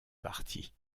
parties